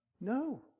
No